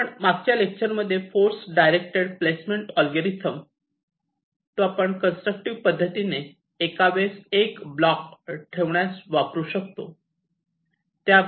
आपण मागच्या लेक्चर मध्ये फोर्स डायरेक्ट प्लेसमेंट अल्गोरिदम तो आपण कन्स्ट्रक्टिव्ह पद्धतीने एका वेळेस 1 ब्लॉक ठेवण्यास वापरू शकतो